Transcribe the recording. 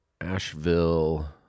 Asheville